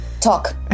talk